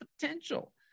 potential